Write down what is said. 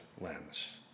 lens